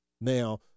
Now